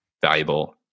valuable